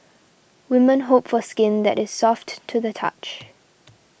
women hope for skin that is soft to the touch